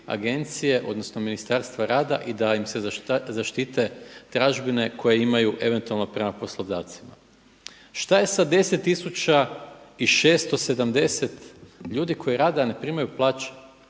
agencije odnosno Ministarstva rada i da im se zaštite tražbine koje imaju eventualno prema poslodavcima. Šta je sa 10.670 ljudi koji rade, a ne primaju plaće?